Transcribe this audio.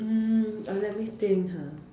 mm uh let me think ha